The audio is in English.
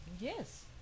yes